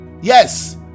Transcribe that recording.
yes